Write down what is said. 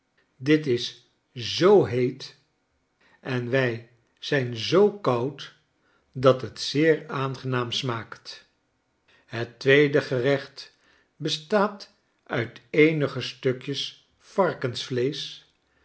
dit is zoo heet en wij zijn zoo koud dat het zeer aangenaam smaakt het tweede gerecht bestaat uit eenige stukjes varkensvleesch